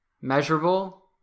measurable